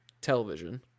television